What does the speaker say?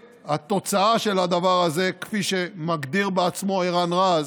והתוצאה של הדבר הזה, כפי שמגדיר בעצמו ערן רז,